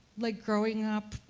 like growing up,